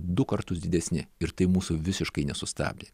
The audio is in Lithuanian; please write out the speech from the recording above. du kartus didesni ir tai mūsų visiškai nesustabdė